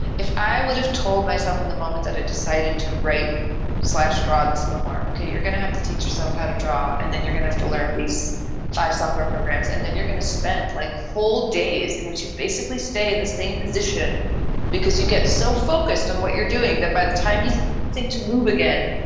if i would have told myself in the moment that i ah decided to write slash drawer this memoir, ok, you're gonna have to teach yourself how to draw and then you're gonna have to learn these five software programs. and then you're going to spend like whole days in which you basically stay in the same position because you get so focused on what you're doing that by the time you think to move again,